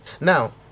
now